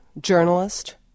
journalist